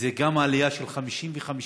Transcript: וגם זו עלייה, של 55%